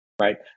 right